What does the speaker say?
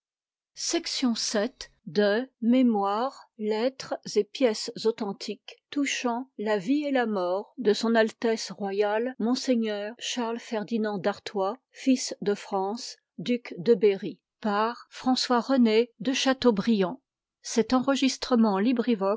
de seine mémoires lettres et pièges authentiques touchant la vie et la mort de s a r monseigneur charles ferdinand dartois fils de france duc de berry par m le v de chateaubriand